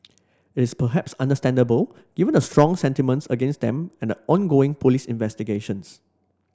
it's perhaps understandable given the strong sentiments against them and ongoing police investigations